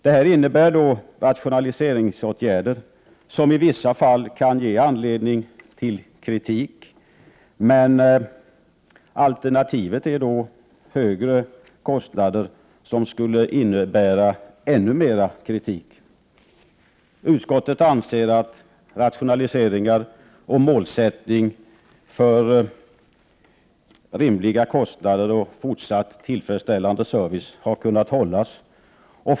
Det innebär rationaliseringsåtgärder, som i vissa fall kan ge anledning till kritik, men alternativet är högre kostnader som skulle innebära ännu mera kritik. Utskottet anser att målsättningen rimliga kostnader och fortsatt tillfredsställande service har kunnat upprätthållas.